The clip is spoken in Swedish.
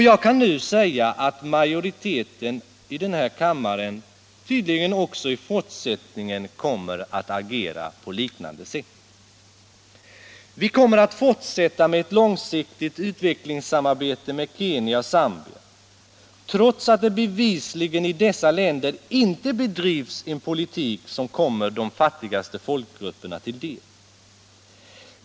Jag kan i dag säga att majoriteten i denna kammare tydligen också i fortsättningen kommer att agera på liknande sätt. Vi kommer att fortsätta med ett långsiktigt utvecklingssamarbete med Kenya och Zambia, trots att det bevisligen i dessa länder inte bedrivs en politik som kommer de fattigaste folkgrupperna till godo.